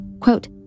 Quote